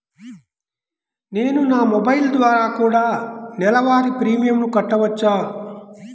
నేను నా మొబైల్ ద్వారా కూడ నెల వారి ప్రీమియంను కట్టావచ్చా?